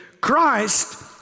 Christ